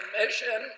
mission